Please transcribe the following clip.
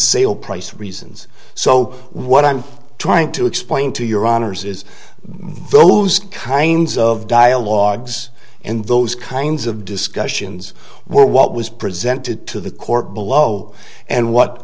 sale price reasons so what i'm trying to explain to your honor's is those kinds of dialogues and those kinds of discussions were what was presented to the court below and what